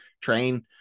train